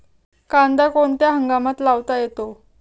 कांदा कोणत्या हंगामात लावता येतो?